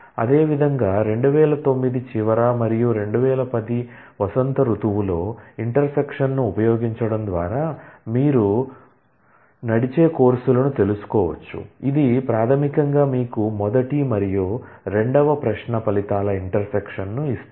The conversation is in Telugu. అదేవిధంగా 2009 ఫాల్ లో మరియు 2010 స్ప్రింగ్ లో ఇంటర్సెక్షన్ ను ఉపయోగించడం ద్వారా మీరు నడిచే కోర్సులను తెలుసుకోవచ్చు ఇది ప్రాథమికంగా మీకు మొదటి మరియు రెండవ క్వరీ ఫలితాల ఇంటర్సెక్షన్ ను ఇస్తుంది